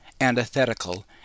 antithetical